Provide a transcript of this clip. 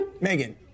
Megan